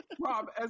Rob